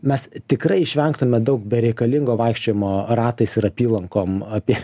mes tikrai išvengtume daug bereikalingo vaikščiojimo ratais ir apylankom apie